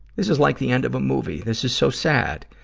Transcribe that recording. this is like the end of a movie. this is so sad.